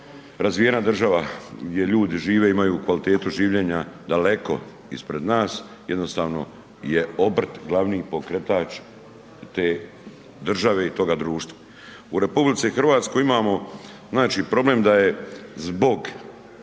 razvijena država gdje ljudi žive, imaju kvalitetu življenja daleko ispred nas jednostavno je obrt glavni pokretač te države i toga društva. U RH imamo znači problem da je zbog